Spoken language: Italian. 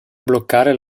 bloccare